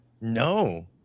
No